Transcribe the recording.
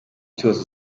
cyose